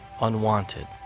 unwanted